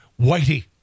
Whitey